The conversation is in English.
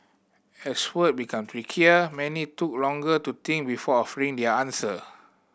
as word became trickier many took longer to think before offering their answer